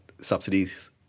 subsidies